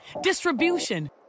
distribution